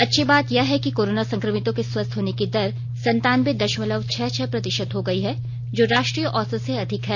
अच्छी बात यह है कि कोरोना संकमितों के स्वस्थ होने की दर संतानवें दशमलव छह छह प्रतिशत हो गई है जो राष्ट्रीय औसत से अधिक है